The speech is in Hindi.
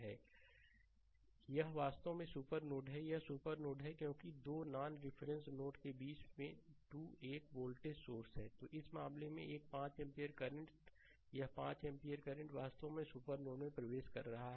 स्लाइड समय देखें 0242 यह वास्तव में सुपर नोड है यह सुपर नोड है क्योंकि 2 नॉन रिफरेंस नोड के बीच 2 1 वोल्टेज सोर्स है तो इस मामले में एक 5 एम्पीयर करंट यह 5 एम्पीयर करंटवास्तव में सुपर नोड में प्रवेश कर रहा है